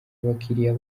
abakiriya